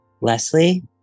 Leslie